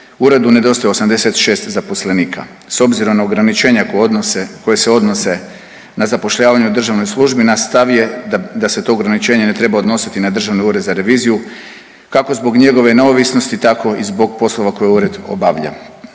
uredu nedostaje 86 zaposlenika. S obzirom na ograničenja koja odnose, koje se odnose na zapošljavanje u državnoj službi naš stav je da se to ograničenje ne treba odnositi na Državni ured za reviziju kako zbog njegove neovisnosti tako i zbog poslova koje ured obavlja